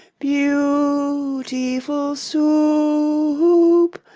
beau ootiful soo oop!